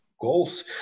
goals